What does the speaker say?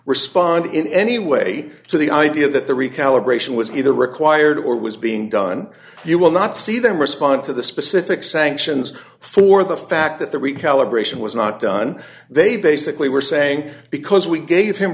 respond in any way to the idea that the recalibration was either required or was being done you will not see them respond to the specific sanctions for the fact that the recalibration was not done they basically were saying because we gave him